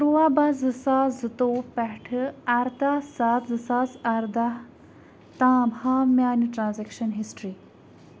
تُرٛواہ بَہہ زٕ ساس زٕتووُہ پٮ۪ٹھٕ اَرداہ سَتھ زٕ ساس اَرداہ تام ہاو میٛانہِ ٹرٛانزٮ۪کشَن ہِسٹِرٛی